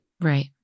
Right